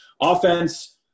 offense